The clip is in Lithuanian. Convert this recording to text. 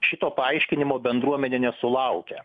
šito paaiškinimo bendruomenė nesulaukia